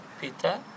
Pita